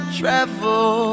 travel